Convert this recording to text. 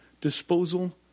disposal